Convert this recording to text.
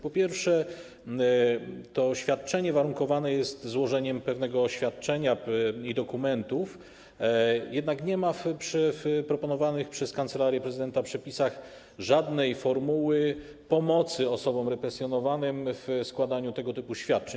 Po pierwsze, to świadczenie warunkowane jest złożeniem pewnego oświadczenia i dokumentów, jednak nie ma w przepisach proponowanych przez Kancelarię Prezydenta żadnej formuły pomocy osobom represjonowanym w składaniu tego typu oświadczeń.